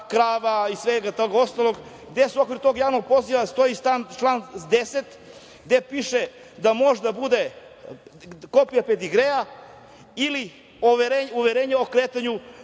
krava i svega ostalog, a gde u okviru tog javnog poziva stoji član 10. gde piše da može da bude kopija pedigrea ili uverenje o kretanju